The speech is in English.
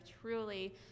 truly